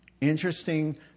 interesting